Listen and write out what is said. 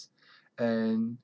and